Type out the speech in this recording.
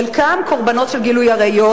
חלקם קורבנות של גילוי עריות,